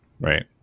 right